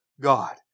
God